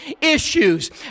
issues